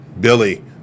Billy